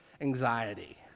anxiety